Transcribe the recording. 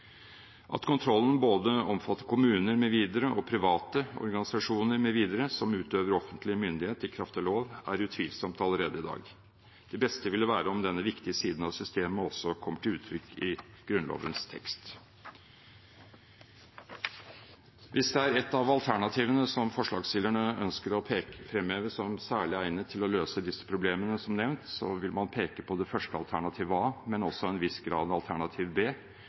At kontrollen både omfatter kommuner mv. og private organisasjoner mv. som utøver offentlig myndighet i kraft av lov, er utvilsomt allerede i dag. Det beste ville være om denne viktige siden av systemet også kom til uttrykk i Grunnlovens tekst. Hvis det er et av alternativene som forslagsstillerne ønsker å fremheve som særlig egnet til å løse disse problemene som nevnt, vil man peke på det første alternativet, A, men til en viss grad også alternativ B,